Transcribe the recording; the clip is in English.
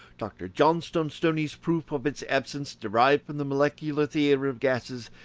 dr. johnstone stoney's proof of its absence, derived from the molecular theory of gases,